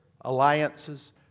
alliances